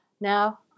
Now